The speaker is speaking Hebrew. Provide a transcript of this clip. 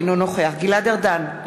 אינו נוכח גלעד ארדן,